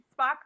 Spock